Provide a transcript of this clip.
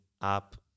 up